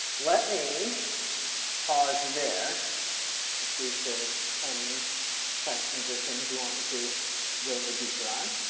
let me pause there and see if there's any questions or things you want me to go deeper on